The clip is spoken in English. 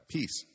Peace